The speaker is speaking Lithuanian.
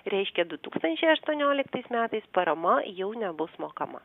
reiškia du tūkstančiai aštuonioliktais metais parama jau nebus mokama